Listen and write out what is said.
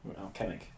Alchemic